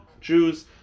Jews